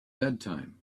bedtime